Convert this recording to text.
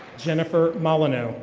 jennifer molyneux.